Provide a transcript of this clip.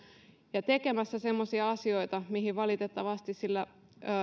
ja tekemässä semmoisia asioita mihin valitettavasti sillä